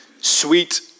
sweet